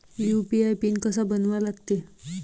UPI PIN कसा बनवा लागते?